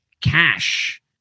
cash